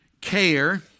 care